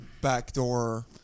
backdoor